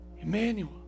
Emmanuel